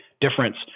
difference